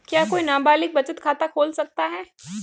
क्या कोई नाबालिग बचत खाता खोल सकता है?